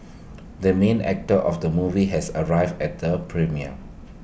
the main actor of the movie has arrived at the premiere